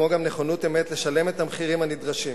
כמו גם נכונות אמת לשלם את המחירים הנדרשים,